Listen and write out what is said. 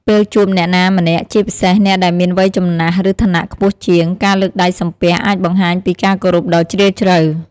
ពេលជួបអ្នកណាម្នាក់ ជាពិសេសអ្នកដែលមានវ័យចំណាស់ ឬឋានៈខ្ពស់ជាង ការលើកដៃសំពះអាចបង្ហាញពីការគោរពដ៏ជ្រាលជ្រៅ។